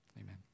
Amen